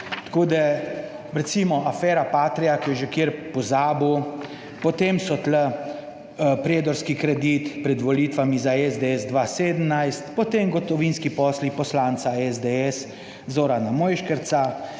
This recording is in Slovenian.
časa. Recimo, afera Patria, ki jo je že kdo pozabil. Potem je tu predorski kredit pred volitvami za SDS 2017, potem gotovinski posli poslanca SDS Zorana Mojškerca,